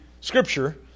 scripture